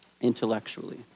intellectually